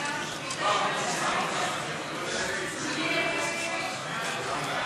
השימוש בחומרים מסכנים (תיקון מס' 2),